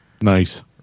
Nice